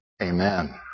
Amen